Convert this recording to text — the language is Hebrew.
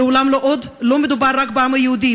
"לעולם לא עוד" לא מדובר רק בעם היהודי,